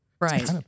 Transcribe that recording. right